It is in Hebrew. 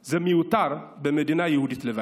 זה מיותר במדינה יהודית לבנה.